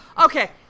Okay